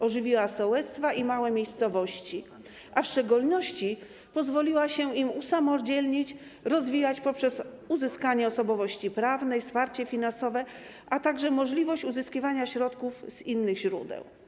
Ożywiła sołectwa i małe miejscowości, a w szczególności pozwoliła się im usamodzielnić, rozwijać poprzez uzyskanie osobowości prawnej, wsparcie finansowe, a także możliwość uzyskiwania środków z innych źródeł.